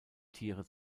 tiere